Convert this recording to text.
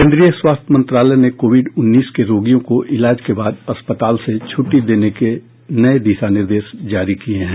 केंद्रीय स्वास्थ्य मंत्रालय ने कोविड उन्नीस के रोगियों को इलाज के बाद अस्पताल से छुट्टी देने के नए दिशा निर्देश जारी किए हैं